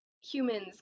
humans